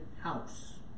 house